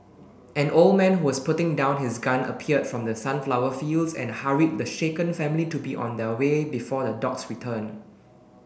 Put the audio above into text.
an old man who was putting down his gun appeared from the sunflower fields and hurried the shaken family to be on their way before the dogs return